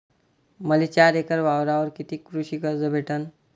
मले चार एकर वावरावर कितीक कृषी कर्ज भेटन?